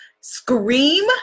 scream